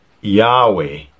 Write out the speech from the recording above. Yahweh